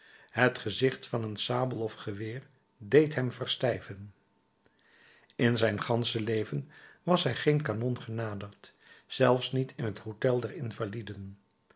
het gezicht van een sabel of geweer deed hem verstijven in zijn gansche leven was hij geen kanon genaderd zelfs niet in het hôtel der invaliden